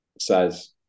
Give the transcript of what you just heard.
says